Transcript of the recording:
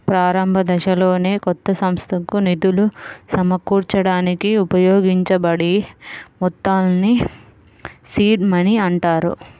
ప్రారంభదశలోనే కొత్త సంస్థకు నిధులు సమకూర్చడానికి ఉపయోగించబడే మొత్తాల్ని సీడ్ మనీ అంటారు